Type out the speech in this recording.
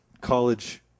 college